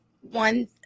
one